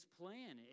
plan